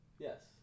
Yes